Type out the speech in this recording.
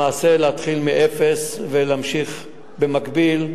למעשה, להתחיל מאפס ולהמשיך, במקביל,